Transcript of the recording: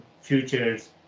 futures